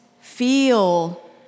feel